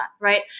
right